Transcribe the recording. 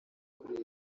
kuri